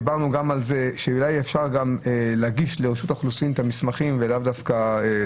דיברנו גם על כך שאולי אפשר להגיש לרשות האוכלוסין את המסמכים ללא תור.